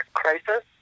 crisis